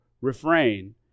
refrain